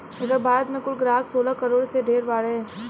एकर भारत मे कुल ग्राहक सोलह करोड़ से ढेर बारे